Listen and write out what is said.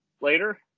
later